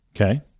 Okay